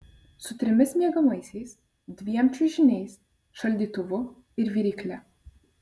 su trimis miegamaisiais dviem čiužiniais šaldytuvu ir virykle